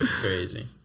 Crazy